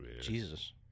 Jesus